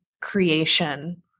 creation